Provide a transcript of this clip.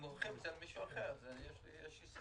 אם מעבירים את זה למישהו אחר אז יש עסקה.